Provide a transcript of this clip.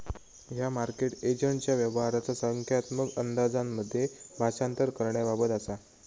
ह्या मार्केट एजंटच्या व्यवहाराचा संख्यात्मक अंदाजांमध्ये भाषांतर करण्याबाबत असा